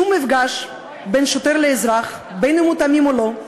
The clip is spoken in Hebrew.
שום מפגש בין שוטר לאזרח, בין שהוא תמים ובין שלא,